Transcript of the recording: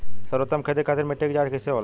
सर्वोत्तम खेती खातिर मिट्टी के जाँच कइसे होला?